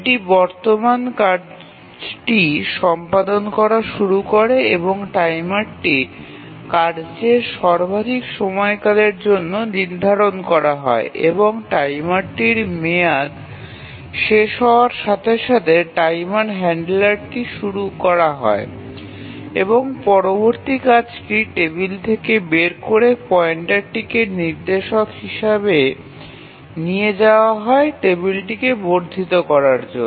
এটি বর্তমান কাজটি সম্পাদন করা শুরু করে এবং টাইমারটি কার্যের সর্বাধিক সময়কালের জন্য নির্ধারণ করা হয় এবং টাইমারটির মেয়াদ শেষ হওয়ার সাথে সাথে টাইমার হ্যান্ডলারটি শুরু করা হয় এবং পরবর্তী কাজটি টেবিল থেকে বের করে পয়েন্টারটিকে নির্দেশক হিসাবে নিয়ে যাওয়া হয় টেবিলটিকে বর্ধিত করার জন্য